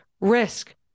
risk